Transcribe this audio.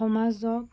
সমাজক